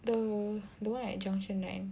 the the one at junction nine